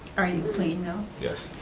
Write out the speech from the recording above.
are you clean now? yes.